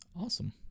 Awesome